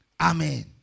Amen